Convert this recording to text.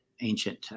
ancient